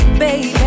baby